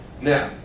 Now